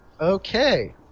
Okay